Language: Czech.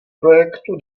projektu